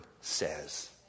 says